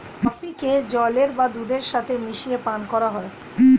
কফিকে জলের বা দুধের সাথে মিশিয়ে পান করা হয়